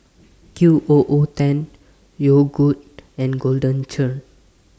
Q O O ten Yogood and Golden Churn